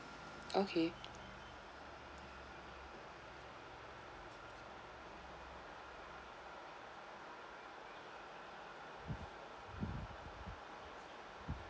okay